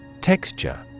Texture